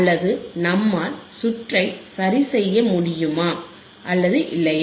அல்லது நம்மால் சுற்றை சரிசெய்ய முடியுமா அல்லது இல்லையா